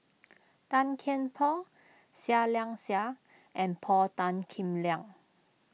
Tan Kian Por Seah Liang Seah and Paul Tan Kim Liang